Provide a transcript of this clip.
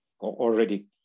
already